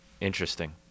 Interesting